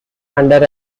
under